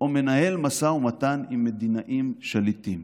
או מנהל משא ומתן עם מדינאים שליטים.